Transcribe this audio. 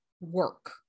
work